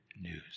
news